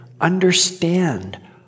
understand